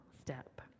step